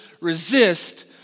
resist